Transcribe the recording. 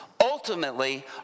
ultimately